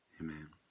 Amen